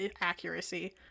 accuracy